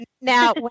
Now